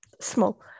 small